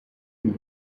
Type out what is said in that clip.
more